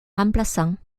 remplaçant